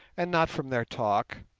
and not from their talk,